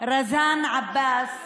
רזאן עבאס